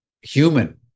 human